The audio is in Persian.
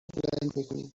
میکنیم